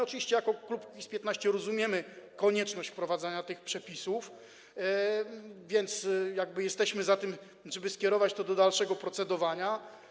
Oczywiście my jako klub Kukiz’15 rozumiemy konieczność wprowadzania tych przepisów, więc jesteśmy za tym, żeby skierować to do dalszego procedowania.